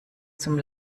zum